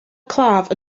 claf